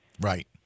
Right